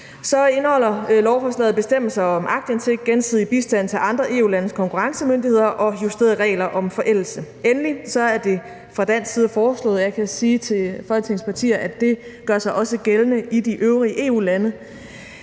Så indeholder lovforslaget bestemmelser om aktindsigt, gensidig bistand til andre EU-landes konkurrencemyndigheder og justerede regler om forældelse. Endelig er det fra dansk side foreslået – og jeg kan sige til